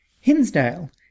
Hinsdale